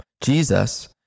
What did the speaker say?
Jesus